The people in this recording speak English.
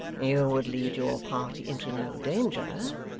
you would lead your party into no danger,